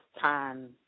time